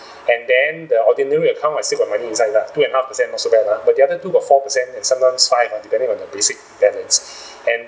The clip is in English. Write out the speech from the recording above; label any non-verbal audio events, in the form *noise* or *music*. and then the ordinary account I still got money inside lah two and half per cent not so bad lah but the other two got four percent and sometimes five uh depending on the basic balance *noise* and